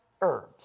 herbs